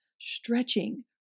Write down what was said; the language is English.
stretching